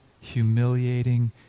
humiliating